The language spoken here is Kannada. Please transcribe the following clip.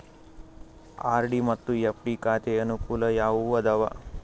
ಆರ್.ಡಿ ಮತ್ತು ಎಫ್.ಡಿ ಖಾತೆಯ ಅನುಕೂಲ ಯಾವುವು ಅದಾವ?